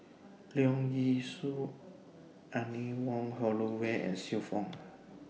Leong Yee Soo Anne Wong Holloway and Xiu Fang